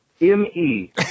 M-E